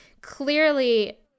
clearly